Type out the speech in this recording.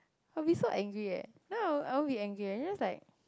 I will be so angry eh then I won't be angry eh I'll just like